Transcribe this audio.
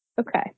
Okay